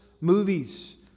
movies